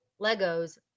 Legos